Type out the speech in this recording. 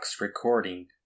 recording